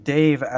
Dave